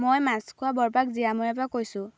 মই মাছখোৱা বৰপাক জীয়াময়াৰ পৰা কৈছোঁ